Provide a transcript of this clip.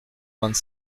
vingt